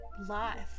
life